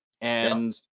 And-